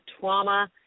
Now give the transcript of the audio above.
Trauma